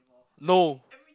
no